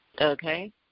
okay